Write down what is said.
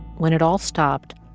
when it all stopped,